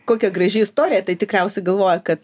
kokia graži istorija tai tikriausiai galvojai kad